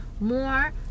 more